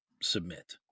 submit